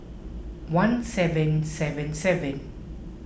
one seven seven seven